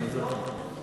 מפלגת אין עתיד.